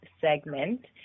segment